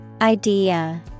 Idea